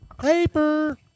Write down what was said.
Paper